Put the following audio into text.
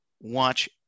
watch